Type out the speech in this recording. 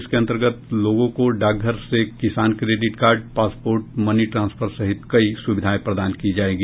इसके अन्तर्गत लोगों को डाकघर से किसान credit card passport money transfer सहित सहित कई सुविधाएं प्रदान की जायेंगी